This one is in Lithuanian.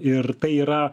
ir tai yra